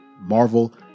Marvel